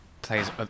plays